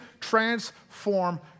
transform